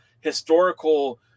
historical